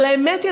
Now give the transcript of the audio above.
אבל האמת היא,